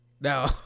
No